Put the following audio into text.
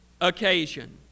occasion